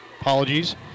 apologies